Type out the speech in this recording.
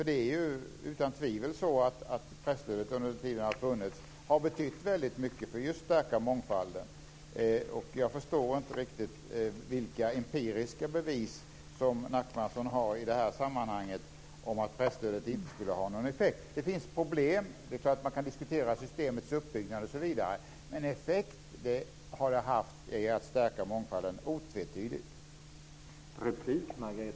Det är utan tvivel så att presstödet under den tid det har funnits har betytt väldigt mycket för att just stärka mångfalden. Jag förstår inte riktigt vilka empiriska bevis Nachmanson har i det här sammanhanget för att presstödet inte skulle ha någon effekt. Det finns problem, och man kan diskutera systemets uppbyggnad osv. Men den effekt som det har haft är att stärka mångfalden - otvetydigt.